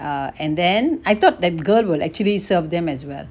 err and then I thought that girl will actually serve them as well